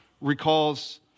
recalls